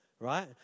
right